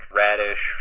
radish